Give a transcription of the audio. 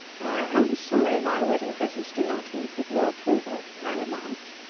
i am sorry my wedding presents do not meet with your approval, i remarked.